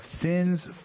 sin's